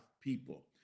people